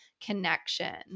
connection